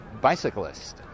bicyclists